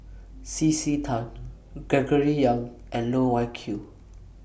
C C Tan Gregory Yong and Loh Wai Kiew